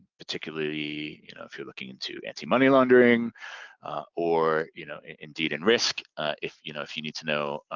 particularly you know if you're looking into anti-money laundering or you know indeed in risk if you know if you need to know